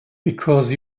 because